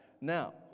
Now